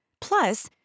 Plus